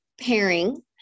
pairing